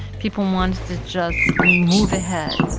people wanted to just move ahead.